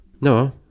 no